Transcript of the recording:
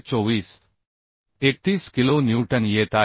31 kilonewton येत आहे